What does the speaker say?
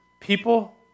people